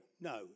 no